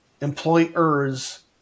employers